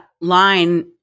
line